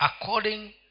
according